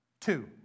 Two